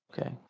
Okay